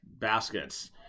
baskets